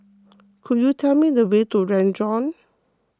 could you tell me the way to Renjong